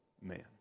man